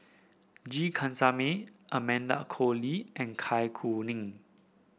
G Kandasamy Amanda Koe Lee and Kai Kuning